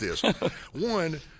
One